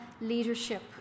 leadership